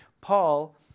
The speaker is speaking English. Paul